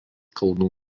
kalnų